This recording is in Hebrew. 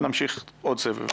ונמשיך עוד סבב.